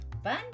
Fun